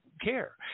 care